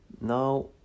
Now